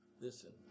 Listen